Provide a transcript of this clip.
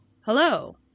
hello